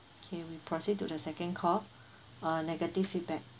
okay we proceed to the second call uh negative feedback